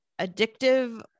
addictive